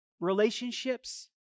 relationships